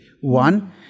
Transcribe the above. one